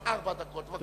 ארבע הדקות, בבקשה.